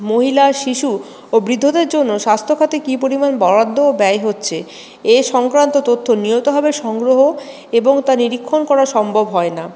মহিলা শিশু ও বৃদ্ধদের জন্য স্বাস্থ্যখাতে কি পরিমাণ বরাদ্দ ও ব্যয় হচ্ছে এ সংক্রান্ত তথ্য নিয়ত ভাবে সংগ্রহ এবং তা নিরীক্ষণ করা সম্ভব হয় না